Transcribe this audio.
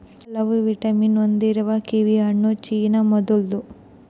ಹಲವು ವಿಟಮಿನ್ ಹೊಂದಿರುವ ಕಿವಿಹಣ್ಣು ಚೀನಾ ಮೂಲದ್ದು